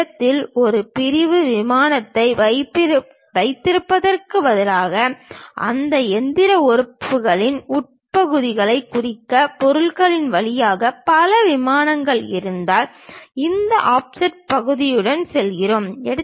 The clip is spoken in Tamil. ஒரு இடத்தில் ஒரு பிரிவு விமானத்தை வைத்திருப்பதற்குப் பதிலாக அந்த இயந்திர உறுப்புகளின் உட்புற பகுதிகளைக் குறிக்க பொருளின் வழியாக பல விமானங்கள் இருந்தால் இந்த ஆஃப்செட் பகுதியுடன் செல்கிறோம்